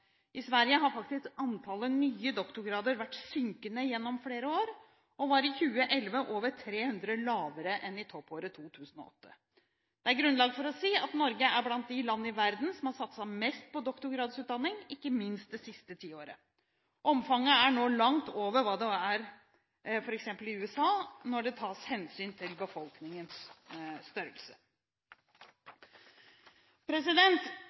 i Sverige og Finland. I Sverige har faktisk antallet nye doktorgrader vært synkende gjennom flere år, og var i 2011 over 300 lavere enn i toppåret 2008. Det er grunnlag for å si at Norge er blant de land i verden som har satset mest på doktorgradsutdanning, ikke minst det siste tiåret. Omfanget er nå langt over hva det er f.eks. i USA, når det tas hensyn til befolkningens